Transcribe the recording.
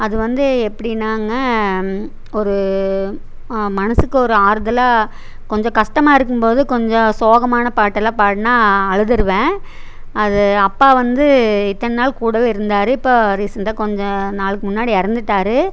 அது வந்து எப்படின்னாங்க ஒரு மனதுக்கு ஒரு ஆறுதலாக கொஞ்சம் கஷ்டமா இருக்கும் போது கொஞ்சம் சோகமான பாட்டெல்லாம் பாடினா அழுதுடுவேன் அது அப்பா வந்து இத்தனை நாள் கூடவே இருந்தார் இப்போ ரீசென்ட்டாக கொஞ்ச நாளுக்கு முன்னாடி இறந்துட்டாரு